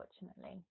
unfortunately